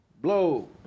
Blow